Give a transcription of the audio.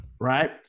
Right